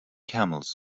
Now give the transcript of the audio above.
camels